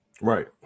Right